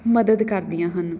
ਮਦਦ ਕਰਦੀਆਂ ਹਨ